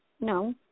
No